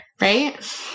Right